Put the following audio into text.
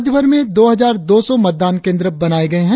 राज्यभर में दो हजार दो सौ मतदान केंद्र बनाए गए है